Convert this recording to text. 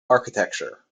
architecture